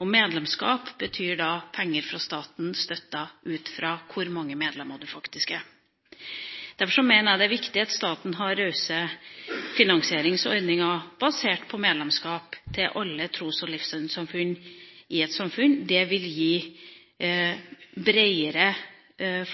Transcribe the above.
Medlemskap betyr da penger fra staten – støttet ut fra hvor mange medlemmer det faktisk er. Derfor mener jeg det er viktig at staten har rause finansieringsordninger, basert på medlemskap, til alle tros- og livssynssamfunn i et samfunn. Det vil gi bredere